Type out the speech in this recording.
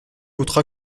votre